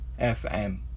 FM